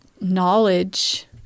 knowledge